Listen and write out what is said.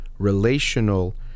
relational